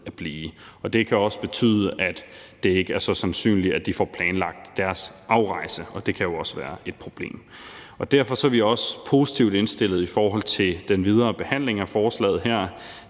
at blive. Det kan også betyde, at det ikke er så sandsynligt, at de får planlagt deres afrejse – og det kan jo også være et problem. Derfor er vi også positivt indstillet i forhold til den videre behandling af forslaget her.